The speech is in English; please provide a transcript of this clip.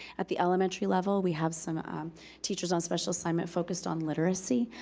at the elementary level, we have some teachers on special assignment focused on literacy.